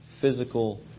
physical